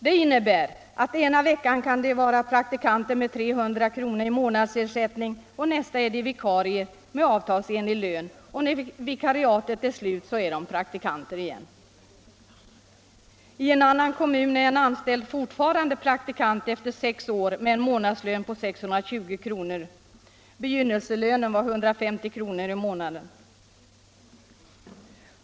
Det innebär att ena veckan kan de vara praktikanter med 300 kr. i månadsersättning, andra veckan är de vikarier med avtalsenlig lön, och när vikariatet är slut är de praktikanter igen. I en annan kommun är en anställd fortfarande praktikant efter sex år med en månadslön på 620 kr. Begynnelselönen var 150 kr. i månaden.